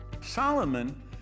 Solomon